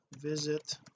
visit